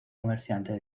comerciante